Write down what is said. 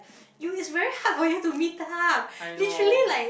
you is very hard for you to meet up literally like